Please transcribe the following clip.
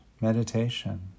meditation